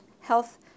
health